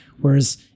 Whereas